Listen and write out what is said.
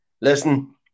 listen